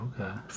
Okay